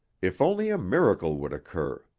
if only a miracle would occur.